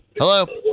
Hello